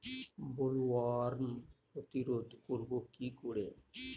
Bollworm প্রতিরোধ করব কি করে?